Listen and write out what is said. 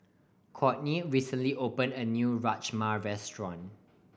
Cortney recently opened a new Rajma Restaurant